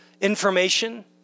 information